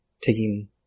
taking